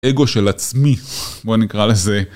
אגו של עצמי, בוא נקרא לזה.